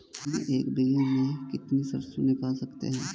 हम एक बीघे में से कितनी सरसों निकाल सकते हैं?